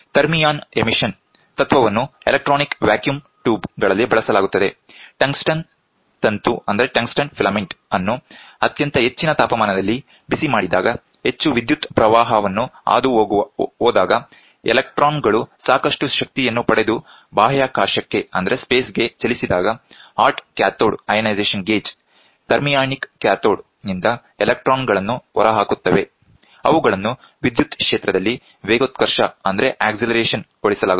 thermion emission ತತ್ವವನ್ನು electronic vacuum tube ಗಳಲ್ಲಿ ಬಳಸಲಾಗುತ್ತದೆ ಟಂಗ್ಸ್ಟನ್ ತಂತು ವನ್ನು ಅತ್ಯಂತ ಹೆಚ್ಚಿನ ತಾಪಮಾನದಲ್ಲಿ ಬಿಸಿ ಮಾಡಿದಾಗ ಹೆಚ್ಚು ವಿದ್ಯುತ್ ಪ್ರವಾಹವನ್ನು ಹಾದುಹೋದಾಗ ಎಲೆಕ್ಟ್ರಾನಗಳು ಸಾಕಷ್ಟು ಶಕ್ತಿಯನ್ನು ಪಡೆದು ಬಾಹ್ಯಾಕಾಶಕ್ಕೆ ಚಲಿಸಿದಾಗ hot cathode ionization gauge thermionic cathode ನಿಂದ ಎಲೆಕ್ಟ್ರಾನಗಳನ್ನು ಹೊರಹಾಕುತ್ತವೆ ಅವುಗಳನ್ನು ವಿದ್ಯುತ್ ಕ್ಷೇತ್ರದಲ್ಲಿ ವೇಗೋತ್ಕರ್ಷ ಗೊಳಿಸಲಾಗುತ್ತದೆ